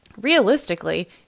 realistically